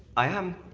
i am.